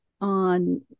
on